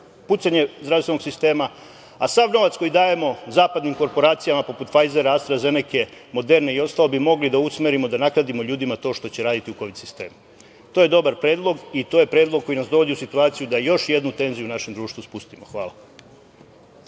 pucanje zdravstvenog sistema, a sav novac koji dajemo zapadnim korporacijama poput „Fajzera“, „AstraZeneke“, „Moderne“ i ostalo bi mogli da usmerimo i da nadoknadimo ljudima to što će raditi u kovid sistemima. To je dobar predlog i to je predlog koji nas dovodi u situaciju da još jednu tenziju u našem društvu spustimo. Hvala.